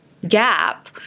gap